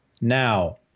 now